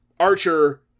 Archer